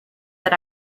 that